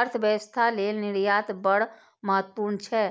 अर्थव्यवस्था लेल निर्यात बड़ महत्वपूर्ण छै,